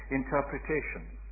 interpretations